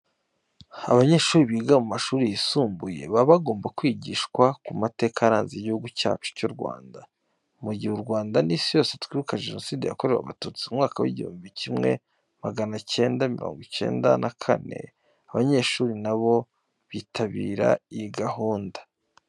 Abanyeshuri biga mu mashuri yisumbuye, baba bagomba kwigishwa ku mateka yaranze Igihugu cyacu cy'u Rwanda. Mu gihe u Rwanda n'isi yose twibuka Jenoside yakorewe Abatutsi mu mwaka w'igihumbi kimwe magana cyenda mirongo cyenda na kane, aba banyeshuri na bo bitabira iyi gahunda.